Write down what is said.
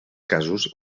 casos